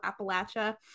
Appalachia